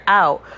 out